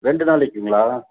ரெண்டு நாளைக்குங்களா